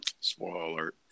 Spoiler